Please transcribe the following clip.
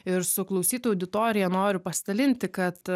ir su klausytojų auditorija noriu pasidalinti kad